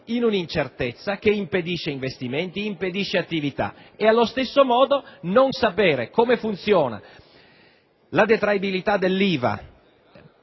in una incertezza che impedisce investimenti e l'avvio di attività. Allo stesso modo il non sapere come funziona la detraibilità dell'IVA